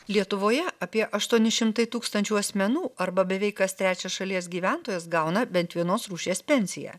lietuvoje apie aštuoni šimtai tūkstančių asmenų arba beveik kas trečias šalies gyventojas gauna bent vienos rūšies pensiją